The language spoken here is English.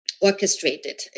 orchestrated